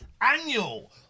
annual